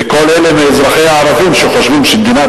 וכל אלה מאזרחיה הערבים שחושבים שמדינת